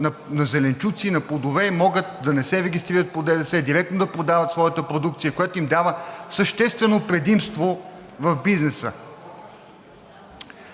и зеленчуци, могат да не се регистрират по ДДС, а директно да продават своята продукция, което им дава съществено предимство в бизнеса.